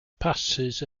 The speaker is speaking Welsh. basys